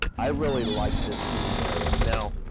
i really liked this sitting area. now,